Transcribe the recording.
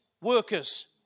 workers